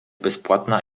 bezpłatna